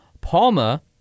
Palma